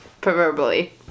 proverbially